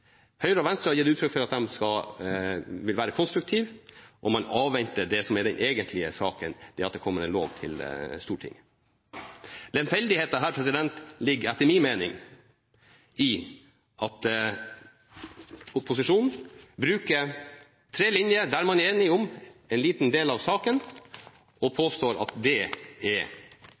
Høyre og Venstre har gitt uttrykk for at de vil være konstruktive, og man avventer det som er den egentlige saken – det at det kommer en lov til Stortinget. Lemfeldigheten her ligger etter min mening i at opposisjonen bruker tre linjer der man er enige om en liten del av saken og påstår at det er